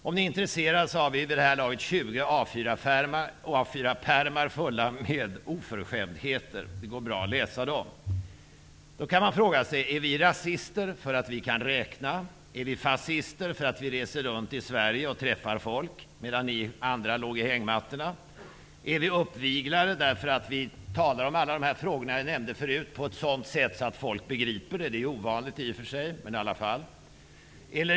Om ni är intresserade, har vi vid det här laget 20 A 4-pärmar fulla med oförskämdheter. Det går bra att läsa dem. Man kan fråga sig: Är vi rasister därför att vi kan räkna? Är vi fascister därför att vi reser runt i Sverige och träffar folk, medan ni andra ligger i hängmattorna? Är vi uppviglare därför att vi talar om alla de här frågorna på ett sådant sätt att folk begriper? Det är i och för sig ovanligt.